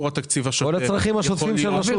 כל הצרכים השוטפים של הרשות.